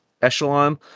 Echelon